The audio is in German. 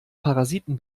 parasiten